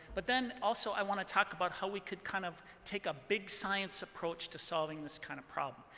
but then, also, i want to talk about how we could kind of take a big science approach to solving this kind of problem,